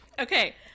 Okay